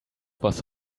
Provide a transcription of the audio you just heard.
was